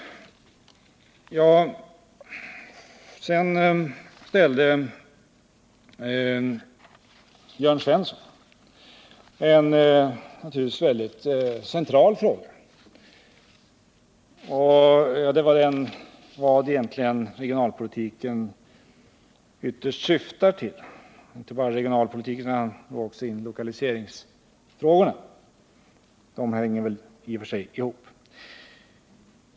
Sedan ställde Jörn Svensson en central fråga, och den gällde vad regionaloch lokaliseringspolitiken egentligen ytterst syftar till.